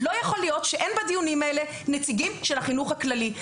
לא יכול להיות שאין בדיונים האלה נציגים של החינוך הכללי.